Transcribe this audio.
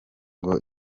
ngo